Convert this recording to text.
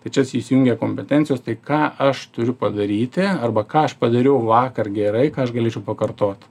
tai čia įs įsijungia kompetencijos tai ką aš turiu padaryti arba ką aš padariau vakar gerai ką aš galėčiau pakartot